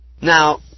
Now